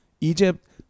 Egypt